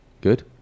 good